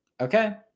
Okay